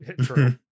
True